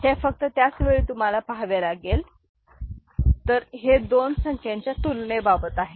हे फक्त त्याच वेळी तुम्हाला पहावे लागेल तर हे दोन संख्यांच्या तुलने बाबत आहे